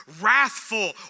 wrathful